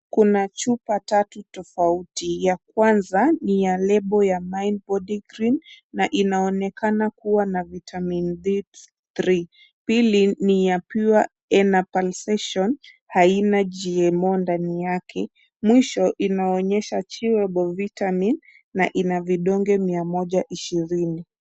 Kuna chupa tatu tofauti. Ya kwanza ni ya lebo ya Mine Body Cream na na inaonekana kuwa na vitamin D3 . Pili ni ya Pure Enapalsation haina GMO ndani yake. Mwisho inaonyesha chewable vitamin na ina vidonge mia moja ishirini.